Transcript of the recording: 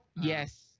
Yes